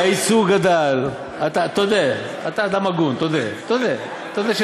והיצוא גדל, אתה, תודה, אתה אדם הגון, תודה.